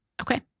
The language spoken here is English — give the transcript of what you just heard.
Okay